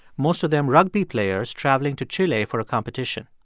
most of them rugby players traveling to chile for a competition.